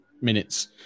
minutes